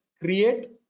create